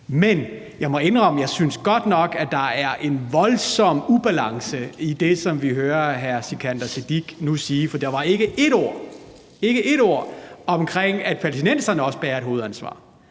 Men jeg må indrømme, at jeg godt nok synes, at der er en voldsom ubalance i det, vi nu hører hr. Sikandar Siddique sige, for der var ikke ét ord om, at palæstinenserne også bærer et hovedansvar